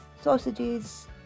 sausages